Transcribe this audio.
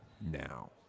now